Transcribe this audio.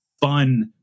fun